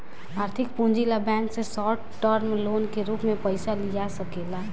आर्थिक पूंजी ला बैंक से शॉर्ट टर्म लोन के रूप में पयिसा लिया सकेला